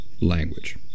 language